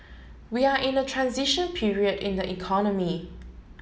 we are in a transition period in the economy